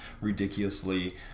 ridiculously